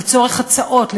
לצורך הצעות,